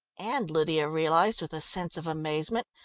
and lydia realised, with a sense of amazement,